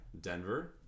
Denver